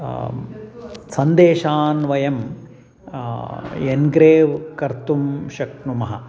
सन्देशान् वयं एन्ग्रेव् कर्तुं शक्नुमः